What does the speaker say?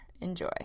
Enjoy